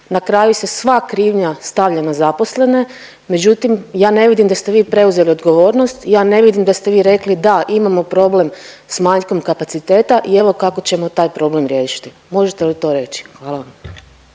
na kraju se sva krivnja stavlja na zaposlene, međutim ja ne vidim da ste vi preuzeli odgovornost, ja ne vidim da ste vi rekli da imamo problem s manjkom kapaciteta i evo kako ćemo taj problem riješiti. Možete li to reći, hvala vam.